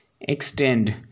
extend